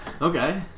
Okay